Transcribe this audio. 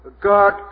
God